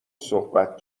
صحبت